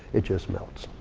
it just melts.